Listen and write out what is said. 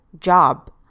job